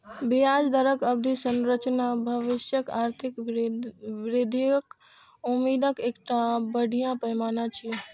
ब्याज दरक अवधि संरचना भविष्यक आर्थिक वृद्धिक उम्मीदक एकटा बढ़िया पैमाना छियै